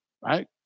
right